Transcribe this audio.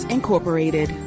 Incorporated